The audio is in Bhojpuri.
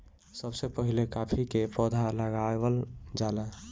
सबसे पहिले काफी के पौधा लगावल जाला